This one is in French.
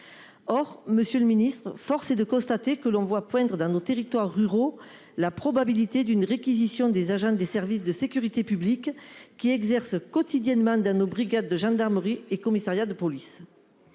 Or, Monsieur le Ministre force est de constater que l'on voit poindre dans nos territoires ruraux la probabilité d'une réquisition des agents des services de sécurité publique qui exerce quotidiennement dans nos brigades de gendarmeries et commissariats de police.